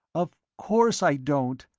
of course i don't,